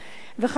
חשבנו,